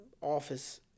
office